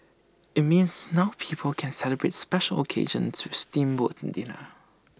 IT means now people can celebrate special occasions with A steamboat in dinner